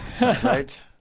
Right